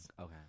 Okay